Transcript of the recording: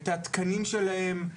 את התקנים שלהם,